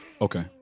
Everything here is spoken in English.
Okay